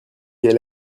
elle